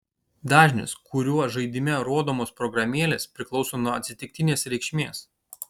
dažnis kuriuo žaidime rodomos programėlės priklauso nuo atsitiktinės reikšmės